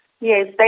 Yes